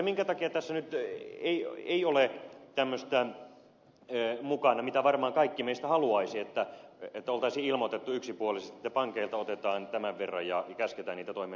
minkä takia tässä nyt ei ole tämmöistä mukana mitä varmaan kaikki meistä haluaisivat että olisi ilmoitettu yksipuolisesti että pankeilta otetaan tämän verran ja käsketään niitä toimimaan näin